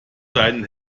deinen